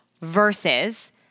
versus